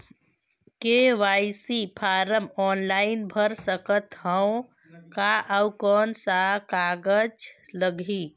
KYC form online भर सकत हवं का? अउ कौन कागज लगही?